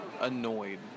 annoyed